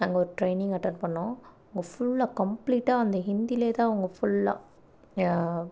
அங்க ஒரு training attend பண்ணோம் அங்கே ஃபுல்லாக கம்ப்ளீட்டாக அந்த ஹிந்திலேயேதான் அவங்க ஃபுல்லாக